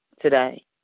today